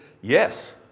yes